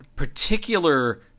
particular